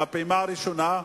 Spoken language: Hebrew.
הפעימה הראשונה,